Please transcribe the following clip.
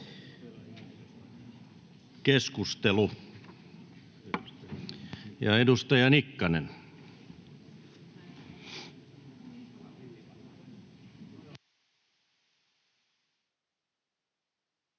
Keskustelu, edustaja Nikkanen.